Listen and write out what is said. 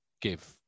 give